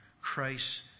Christ